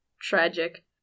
Tragic